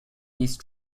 these